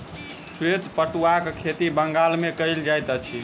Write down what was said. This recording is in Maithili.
श्वेत पटुआक खेती बंगाल मे कयल जाइत अछि